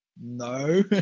No